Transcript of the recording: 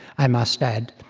i must add,